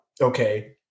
okay